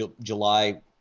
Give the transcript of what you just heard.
July